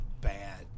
bad